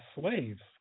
slaves